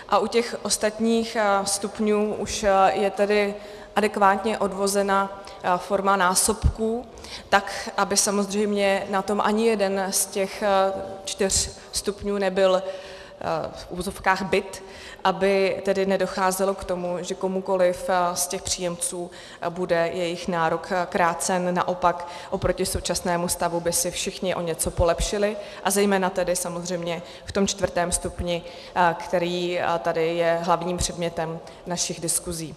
A u těch ostatních stupňů už je tedy adekvátně odvozena forma násobků, tak aby samozřejmě na tom ani jeden z těch čtyř stupňů nebyl bit, aby tedy nedocházelo k tomu, že komukoliv z těch příjemců bude jejich nárok krácen, naopak oproti současnému stavu by si všichni o něco polepšili, a zejména tedy samozřejmě v tom čtvrtém stupni, který tady je hlavním předmětem našich diskusí.